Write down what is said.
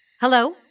Hello